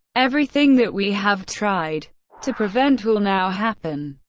everything that we have tried to prevent will now happen.